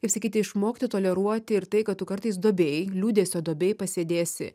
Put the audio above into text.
kaip sakyti išmokti toleruoti ir tai kad tu kartais duobėj liūdesio duobėj pasėdėsi